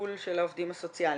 והטיפול של העובדים הסוציאליים,